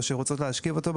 או אם הן רוצות להשכיב אותו,